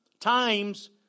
Times